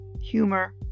Humor